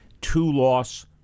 two-loss